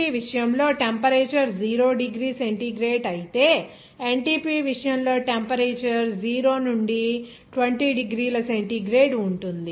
STP విషయంలో temperature 0 degree centigrade అయితే NTP విషయంలో టెంపరేచర్ 0 నుండి 20 డిగ్రీల సెంటీగ్రేడ్ ఉంటుంది